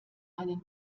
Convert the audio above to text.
einen